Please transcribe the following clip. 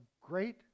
great